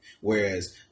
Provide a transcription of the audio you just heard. Whereas